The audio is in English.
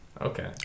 Okay